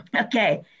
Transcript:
okay